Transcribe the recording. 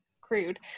crude